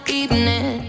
evening